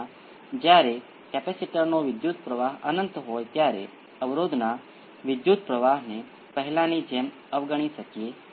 છેલ્લે જ્યારે p 1 અને p 2 જટિલ જોડાણમાં હોય ત્યારે તે પણ અલગ રીઅલ કેસ સમાન હોય છે સિવાય કે p 1 અને p 2 અમુક રીતે સંબંધિત હોય